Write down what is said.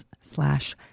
slash